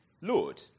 Lord